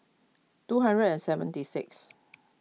two hundred and seventy six